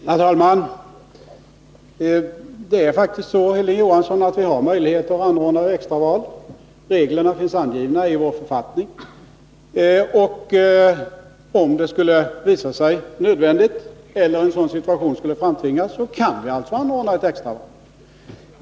Herr talman! Det är faktiskt så, Hilding Johansson, att vi har möjlighet att anordna extra val. Reglerna finns angivna i vår författning, och om det skulle visa sig nödvändigt eller en sådan situation skulle framtvingas kan vi alltså anordna ett extra val.